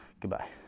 goodbye